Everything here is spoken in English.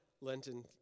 Lenten